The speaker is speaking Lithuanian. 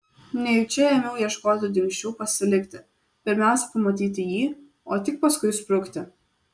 nejučia ėmiau ieškoti dingsčių pasilikti pirmiausia pamatyti jį o tik paskui sprukti